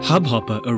HubHopper